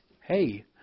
Hey